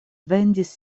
vendis